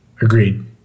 Agreed